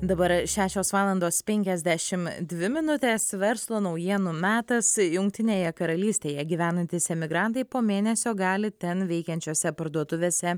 dabar šešios valandos penkiasdešimt dvi minutės verslo naujienų metas jungtinėje karalystėje gyvenantys emigrantai po mėnesio gali ten veikiančiose parduotuvėse